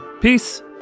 Peace